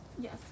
Yes